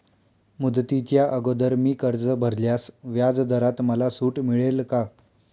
मुदतीच्या अगोदर मी कर्ज भरल्यास व्याजदरात मला सूट मिळेल का?